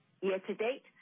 Year-to-date